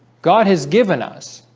god has given us